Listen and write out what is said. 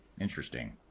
Interesting